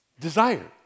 Desire